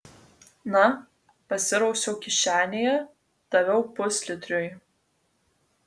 na pasirausiau kišenėje daviau puslitriui